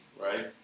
right